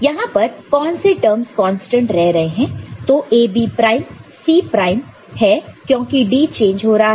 यहां पर कौन से टर्म्स कांस्टेंट रह रहे हैं तो वह A B prime C prime है क्योंकि D चेंज हो रहा है